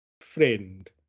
friend